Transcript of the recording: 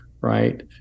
right